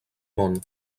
món